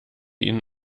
ihnen